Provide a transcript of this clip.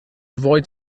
avoid